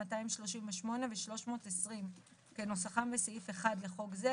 238 ו-320 כנוסחם בסעיף 1 לחוק זה,